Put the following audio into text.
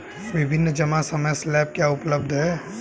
विभिन्न जमा समय स्लैब क्या उपलब्ध हैं?